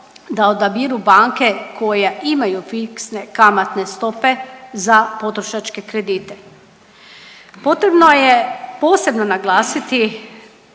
da odabiru banke koje imaju fiksne kamatne stope za potrošačke kredite. Potrebno je posebno naglasiti